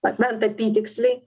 bent apytiksliai